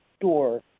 door